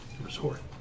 resort